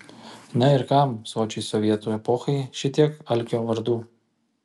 na ir kam sočiai sovietų epochai šitiek alkio vardų